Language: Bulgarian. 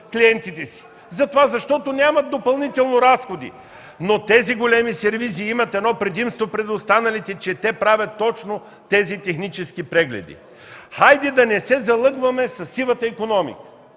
клиентите си, защото нямат допълнително разходи, но тези големи сервизи имат едно предимство пред останалите, че те правят точно тези технически прегледи. Хайде да не се залъгваме със сивата икономика!